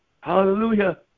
hallelujah